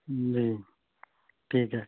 جی ٹھیک ہے